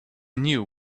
knew